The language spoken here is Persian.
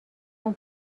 اون